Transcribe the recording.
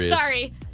Sorry